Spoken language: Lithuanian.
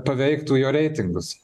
paveiktų jo reitingus